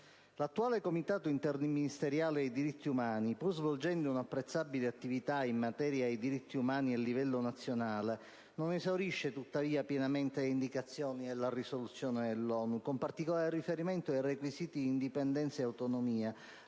L'attuale Comitato interministeriale dei diritti umani, pur svolgendo un'apprezzabile attività in materia di diritti umani a livello nazionale, non esaurisce tuttavia pienamente le indicazioni della risoluzione dell'ONU, con particolare riferimento ai requisiti di indipendenza e autonomia,